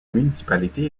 municipalité